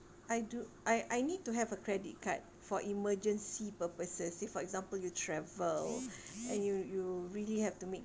I do I I need to have a credit card for emergency purposes say for example you travel and you you really have to make